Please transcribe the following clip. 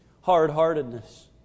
Hard-heartedness